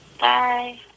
Bye